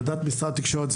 וועדת משרד התקשורת,